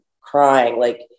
crying—like